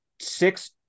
six